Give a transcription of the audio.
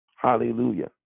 Hallelujah